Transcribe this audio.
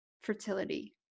fertility